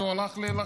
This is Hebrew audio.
כי הוא הלך להילחם.